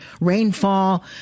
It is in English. rainfall